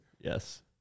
Yes